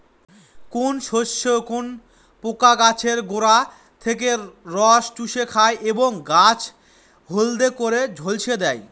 কোন শস্যে কোন পোকা গাছের গোড়া থেকে রস চুষে খায় এবং গাছ হলদে করে ঝলসে দেয়?